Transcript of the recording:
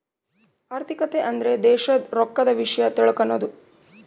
ಆರ್ಥಿಕತೆ ಅಂದ್ರ ದೇಶದ್ ರೊಕ್ಕದ ವಿಷ್ಯ ತಿಳಕನದು